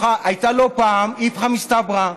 הייתה לא פעם איפכא מסתברא,